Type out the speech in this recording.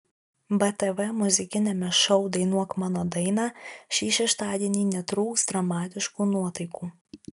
btv muzikiniame šou dainuok mano dainą šį šeštadienį netrūks dramatiškų nuotaikų